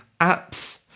apps